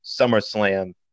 SummerSlam